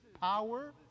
power